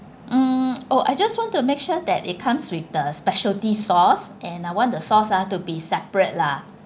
mm oh I just want to make sure that it comes with the specialty sauce and I want the sauce ah to be separate lah